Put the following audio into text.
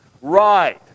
right